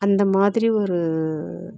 அந்தமாதிரி ஒரு